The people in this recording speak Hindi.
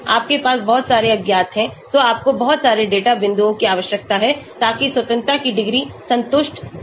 आपके पास बहुत सारे अज्ञात हैं तो आपको बहुत सारे डेटा बिंदुओं की आवश्यकता है ताकि स्वतंत्रता की डिग्री संतुष्ट हो